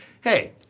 hey